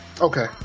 Okay